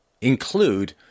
include